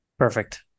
Perfect